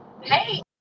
Hey